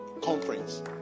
conference